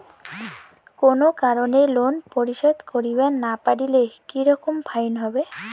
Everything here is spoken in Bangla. কোনো কারণে লোন পরিশোধ করিবার না পারিলে কি রকম ফাইন হবে?